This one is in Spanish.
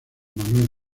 manuel